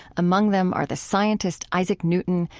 among them are the scientist isaac newton,